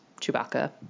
Chewbacca